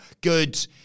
Good